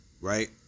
right